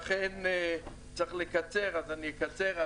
אקצר.